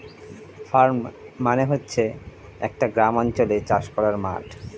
farm মানে হচ্ছে একটা গ্রামাঞ্চলে চাষ করার মাঠ